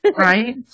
Right